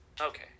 Okay